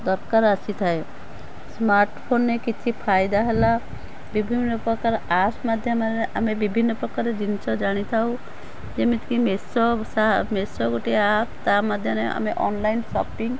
ଦରକାର ଆସିଥାଏ ସ୍ମାର୍ଟ ଫୋନରେ କିଛି ଫାଇଦା ହେଲା ବିଭିନ୍ନ ପ୍ରକାର ଆପ୍ସ ମାଧ୍ୟମରେ ଆମେ ବିଭିନ୍ନ ପ୍ରକାର ଜିନିଷ ଜାଣିଥାଉ ଯେମିତି ମେଷୋ ମେଷୋ ଗୋଟିଏ ଆପ୍ ତା'ମଧ୍ୟରେ ଆମେ ଅନଲାଇନ୍ ଶପିଙ୍ଗ